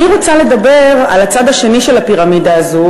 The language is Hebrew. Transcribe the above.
אני רוצה לדבר על הצד השני של הפירמידה הזו,